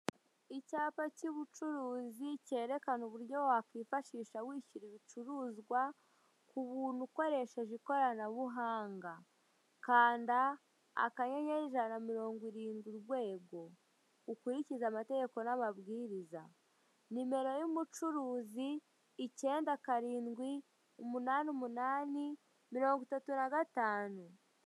Icyapa cy'ubucuruzi kerekana uburyo wakwifashisha wishyura ibicuruzwa ku buntu ukoresheje ikoranabuhanga, kanda akanyenyeri ijana na mirongo irindwi urwego ukurikize amategeko n'amabwiriza, nimero y'umucuruzi icyenda karindwi umunani umunani mirongo itatu na gatanu.